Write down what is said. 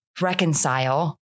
reconcile